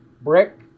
brick